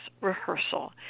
rehearsal